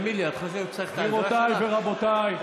גבירותיי ורבותיי,